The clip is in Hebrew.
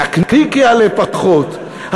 נקניק יעלה פחות,